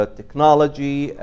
technology